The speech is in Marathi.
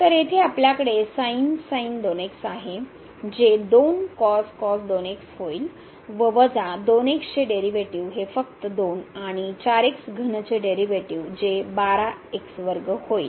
तर येथे आपल्याकडे आहे जे होईल व वजा 2 x चे डेरीवेटीव हे फक्त 2 आणि डेरीवेटीव जे होईल